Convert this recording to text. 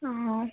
অঁ